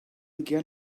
get